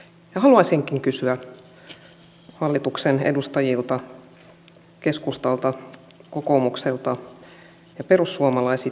haluaisinkin kysyä hallituksen edustajilta keskustalta kokoomukselta ja perussuomalaisilta